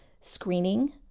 screening